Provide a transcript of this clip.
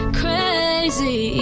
crazy